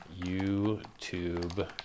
YouTube